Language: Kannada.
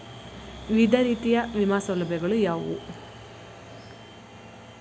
ವಿವಿಧ ರೀತಿಯ ವಿಮಾ ಸೌಲಭ್ಯಗಳು ಯಾವುವು?